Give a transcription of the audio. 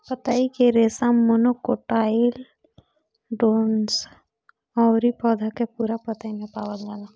पतई के रेशा मोनोकोटाइलडोनस अउरी पौधा के पूरा पतई में पावल जाला